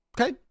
okay